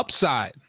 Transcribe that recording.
upside